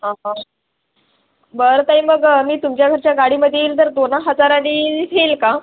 बर ताई मग मी तुमच्या घरच्या गाडीमध्ये येईल तर दोन हजारांनी व्हील का